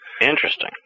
Interesting